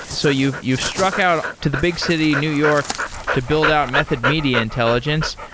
so you've you've struck out to the big city new york to build out method media intelligence.